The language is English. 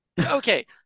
Okay